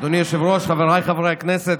אדוני היושב-ראש, חבריי חברי הכנסת,